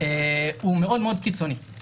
הוא מאוד מאוד קיצוני.